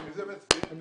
הישיבה ננעלה בשעה 10:35.